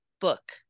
book